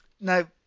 now